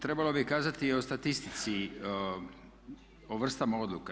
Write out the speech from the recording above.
Trebalo bi kazati i o statistici, o vrstama odluka.